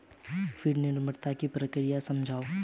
feed निर्माण की प्रक्रिया समझाओ